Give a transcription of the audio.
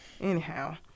anyhow